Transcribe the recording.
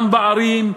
גם בערים,